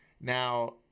Now